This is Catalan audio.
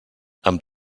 amb